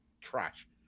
trash